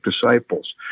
disciples